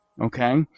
okay